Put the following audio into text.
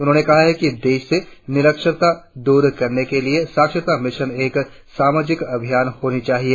उन्होंने कहा कि देश से निरक्षरता दूर करने के लिए साक्षरता मिशन एक सामाजिक अभियान होना चाहिए